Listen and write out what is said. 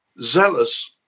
zealous